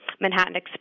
Manhattan